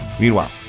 meanwhile